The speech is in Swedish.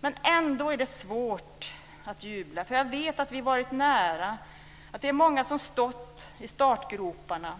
Men ändå är det svårt att jubla, för jag vet att vi har varit nära och att det är många som stått i startgroparna.